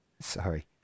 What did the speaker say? Sorry